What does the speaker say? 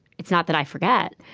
it's not that i forget.